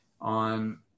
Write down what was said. on